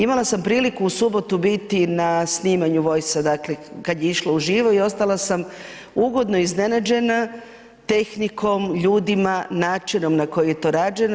Imala sam priliku u subotu biti na snimanju Voica dakle kada je išlo u živo i ostala sam ugodno iznenađena tehnikom, ljudima, načinom na koji je to rađeno.